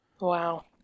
Wow